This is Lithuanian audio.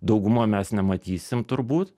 dauguma mes nematysim turbūt